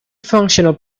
functional